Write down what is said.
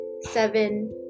seven